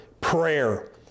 prayer